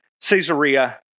Caesarea